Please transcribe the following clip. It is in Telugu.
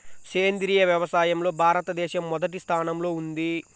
సేంద్రీయ వ్యవసాయంలో భారతదేశం మొదటి స్థానంలో ఉంది